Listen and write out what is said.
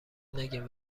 نگیم